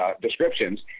descriptions